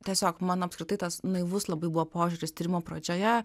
tiesiog mano apskritai tas naivus labai buvo požiūris tyrimo pradžioje